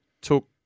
Took